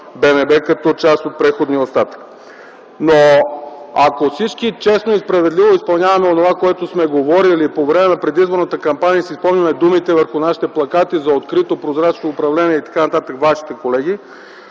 БНБ като част от преходния остатък. Ако всички честно и справедливо изпълняваме онова, което сме говорили по време на предизборната кампания и си спомним думите върху нашите плакати за открито, прозрачно управление – вашите колеги,